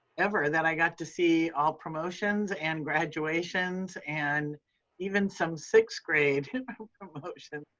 ever that i got to see all promotions and graduations and even some sixth grade promotion.